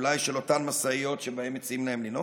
אולי של אותן משאיות שבהן מציעים להם לנהוג,